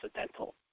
accidental